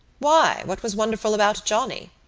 why, what was wonderful about johnny?